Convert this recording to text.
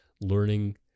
learning